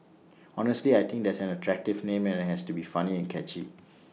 honestly I think it's an attractive name and IT has to be funny and catchy